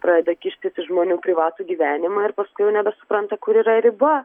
pradeda kištis į žmonių privatų gyvenimą ir paskui jau nebesupranta kur yra riba